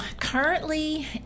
currently